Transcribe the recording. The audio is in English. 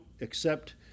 accept